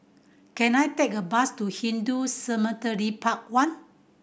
can I take a bus to Hindu Cemetery Path One